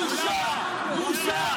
בושה, בושה, בושה.